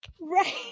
Right